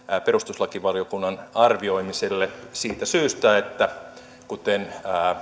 perustuslakivaliokunnan arvioimiselle siitä syystä että kuten